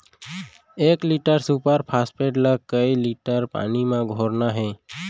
एक litre super phosphate ला कए लीटर पानी मा घोरना हे?